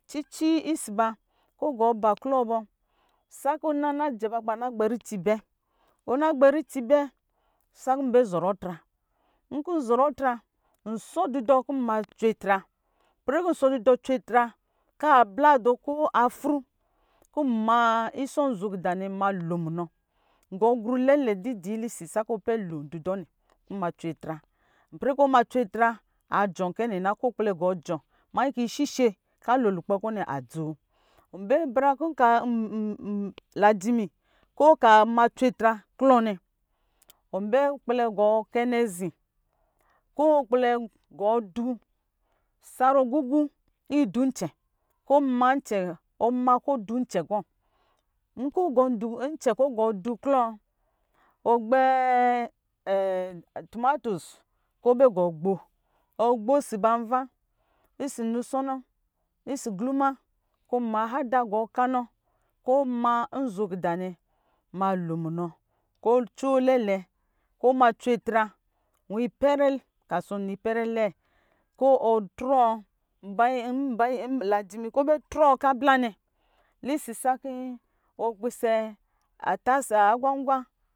Cici ɔsɔ bakɔ ɔ gɔɔ ba klɔ bɔ sakɔ ɔna jɛ ba kɔ ba na gbɛ ricibɛ ɔna gbɛrici bɛ sakɔ nbɛ zɔrɔ atra nkɔ ɔbɛ zɔrɔ atra nsɔ dudɔ kɔ n bɛ ma cwe atra nkɔ nsɔ dudɔ cwe atra kɔ abladɔ ko afru ko ma isɔ nzo isɔ gida nɛ malomunɔ gɔɔ grɔ nlɛlɛ didiilesi sakɔ ɔ pɛ lo dudɔ nɛ sakɔ ɔma cweetra ipɛrɛ kɔ ɔ ma cweetra adɔ̄ kɛ nɛ na kɔ ɔkpɛlɛ maa cweetra mayin kɔ ishishe kɔ alo lukpɛ kɔ nɛ adzo najimi kɔ ɔma cweetra klɔ nɛ ɔn bɛ kpɛlɛ gɔɔ dū sarɔ gugu idunce ɔmakɔ ɔduncɛ kɔ nkɔ ɔgɔncɛ kɔ gɔɔ du klɔ ɔgbɛ tumatoes kɔ ɔgbɛ gɔ gbo ɔgbo ɔsɔ ba nva ɔsɔ naɔ sɔnɔ ɔsɔ gluma kɔ ɔma hada gɔɔ kanɔ kɔɔma nzo gida nɛ ma lo munɔ kɔ ɔcoo lɛlɛ kɔ ɔma a cweetra mailpɛrɛ kɔ asɔ lɛɛ kɔ ɔtrɔ lajimi kɔ ɔbɛ trɔɔ kɔ abla nɛ kɔɔ pisɛ atasha agwangwa